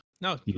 No